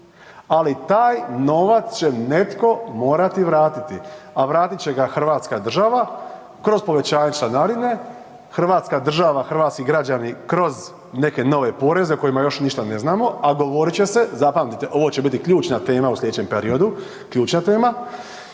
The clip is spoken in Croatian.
ali taj novac će netko morati vratiti, a vratit će ga hrvatska država kroz povećanje članarine, hrvatska država, hrvatski građani kroz neke nove poreze o kojima još ništa ne znamo, a govorit će se, zapamtite, ovo će biti ključna tema u slijedećem periodu, ključna tema